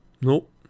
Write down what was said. Nope